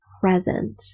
present